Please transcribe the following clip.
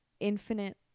infinite